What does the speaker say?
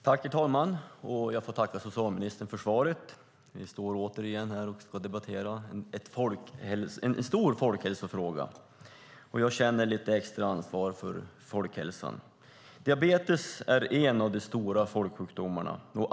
Herr talman! Jag får tacka socialministern för svaret. Vi står återigen här och ska debattera en stor folkhälsofråga, och jag känner lite extra ansvar för folkhälsan. Diabetes är en av de stora folksjukdomarna.